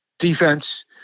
defense